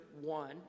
one